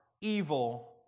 evil